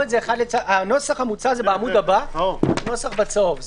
הנוסח המוצע הוא בעמוד הבא, הנוסח הצהוב.